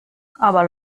aber